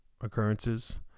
occurrences